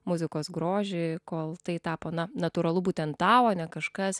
muzikos grožį kol tai tapo na natūralu būtent tau o ne kažkas